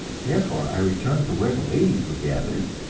therefore i returned to where the ladies were gathered,